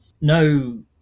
no